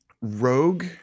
Rogue